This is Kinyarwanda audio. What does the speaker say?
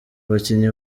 abakinnyi